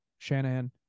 Shanahan